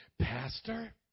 Pastor